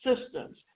systems